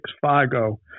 Fargo